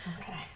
okay